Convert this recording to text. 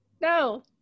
no